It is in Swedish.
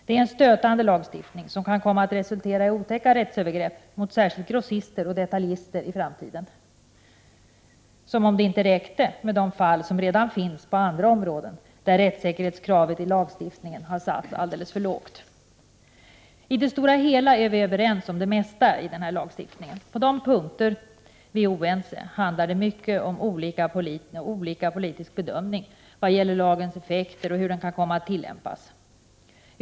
Det är en stötande lagstiftning, som kan komma att resultera i otäcka rättsövergrepp mot särskilt grossister och detaljister i framtiden — som om det inte räckte med de fall som redan finns på andra områden där rättssäkerhetskravet i lagstiftningen har satts alldeles för lågt. I det stora hela är vi överens om det mesta i den här lagstiftningen. På de punkter där vi är oense handlar det mycket om olika politisk bedömning vad gäller lagens effekter och hur den kan komma att tillämpas.